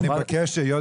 אני מבקש, היות